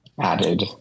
added